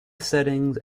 settings